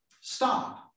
stop